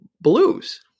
blues